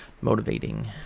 motivating